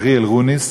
אריאל רוניס,